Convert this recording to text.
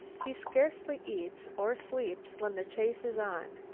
he scarcely eats or sleeps when the chase is on,